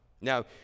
Now